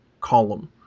column